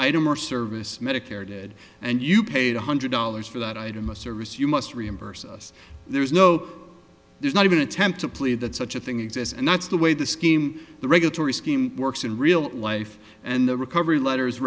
item or service medicare did and you paid one hundred dollars for that item of service you must reimburse us there's no there's not even attempt to plead that such a thing exists and that's the way the scheme the regulatory scheme works in real life and the recovery letters